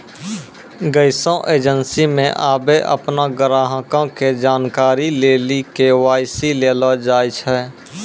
गैसो एजेंसी मे आबे अपनो ग्राहको के जानकारी लेली के.वाई.सी लेलो जाय छै